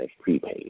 prepaid